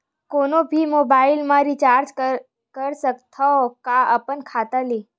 कोनो भी मोबाइल मा रिचार्ज कर सकथव का अपन खाता ले?